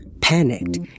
panicked